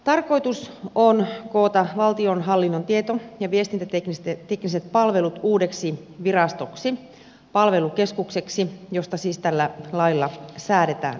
tarkoitus on koota valtionhallinnon tieto ja viestintätekniset palvelut uudeksi virastoksi palvelukeskukseksi josta siis tällä lailla säädetään